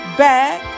back